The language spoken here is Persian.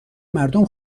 مردم